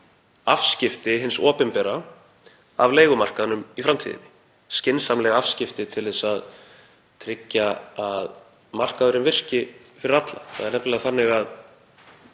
afskipti hins opinbera af leigumarkaðnum í framtíðinni, skynsamleg afskipti til að tryggja að markaðurinn virki fyrir alla. Það er nefnilega þannig að